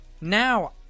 now